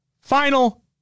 final